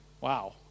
Wow